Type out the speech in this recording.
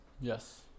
Yes